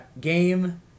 game